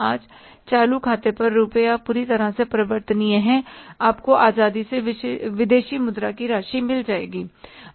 आज चालू खाते पर रुपया पूरी तरह से परिवर्तनीय हैं आपको आजादी से विदेशी मुद्रा की राशि मिल जाएगी